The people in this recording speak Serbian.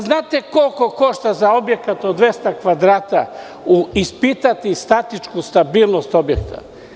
Znate li koliko košta za objekat od 200 kvadrata ispitivanje statičke stabilnosti objekta?